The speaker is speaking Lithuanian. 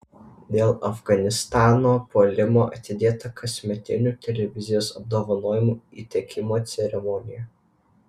dėl afganistano puolimo atidėta kasmetinių televizijos apdovanojimų įteikimo ceremonija